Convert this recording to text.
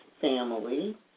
family